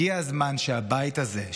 הגיע הזמן שהבית הזה,